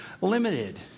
limited